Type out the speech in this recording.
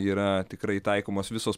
yra tikrai taikomos visos